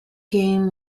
game